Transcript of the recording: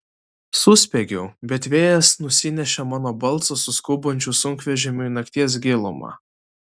suspiegiau bet vėjas nusinešė mano balsą su skubančiu sunkvežimiu į nakties gilumą